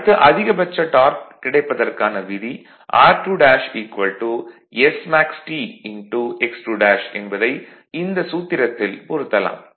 அடுத்து அதிகபட்ச டார்க் கிடைப்பதற்கான விதி r2 smaxT x2 என்பதை இந்த சூத்திரத்தில் பொருத்தலாம்